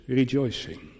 rejoicing